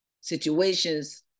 situations